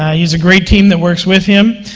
he has a great team that works with him.